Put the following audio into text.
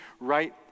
right